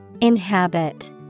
Inhabit